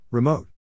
Remote